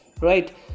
right